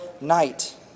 night